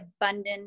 abundant